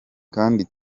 kandi